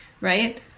right